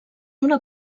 una